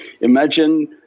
Imagine